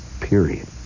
Period